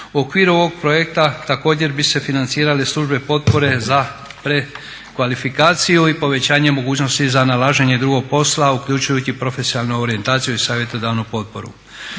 U okviru ovog projekta također bi se financirale službe potpore za pre kvalifikaciju i povećanje mogućnosti za nalaženje drugog posla, uključujući profesionalnu orijentaciju i savjetodavnu potporu.